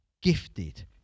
gifted